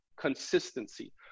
consistency